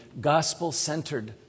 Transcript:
gospel-centered